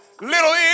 little